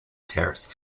terrace